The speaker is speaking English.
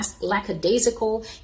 lackadaisical